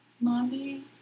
Mommy